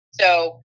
So-